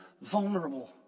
vulnerable